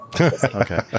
Okay